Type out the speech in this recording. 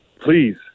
please